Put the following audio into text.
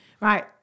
Right